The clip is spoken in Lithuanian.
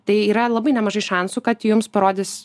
tai yra labai nemažai šansų kad jums parodys